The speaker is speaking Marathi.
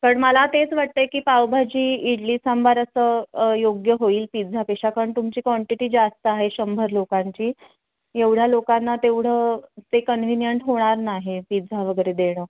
पण मला तेच वाटत आहे की पावभाजी इडली सांबार असं योग्य होईल पिझ्झापेक्षा कारण तुमची क्वांटिटी जास्त आहे शंभर लोकांची एवढ्या लोकांना तेवढं ते कन्विनियंट होणार नाही पिझ्झा वगैरे देणं